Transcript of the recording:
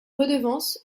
redevance